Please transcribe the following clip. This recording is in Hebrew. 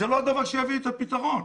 זה לא הדבר שיביא את הפתרון.